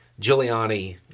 Giuliani